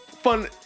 fun